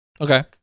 Okay